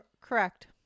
correct